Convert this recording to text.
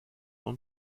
von